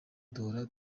duhora